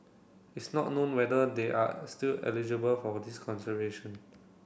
it's not known whether they are still eligible for this consideration